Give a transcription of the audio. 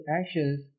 ashes